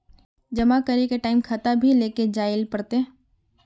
जमा करे के टाइम खाता भी लेके जाइल पड़ते?